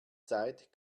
zeit